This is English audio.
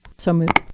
so moved.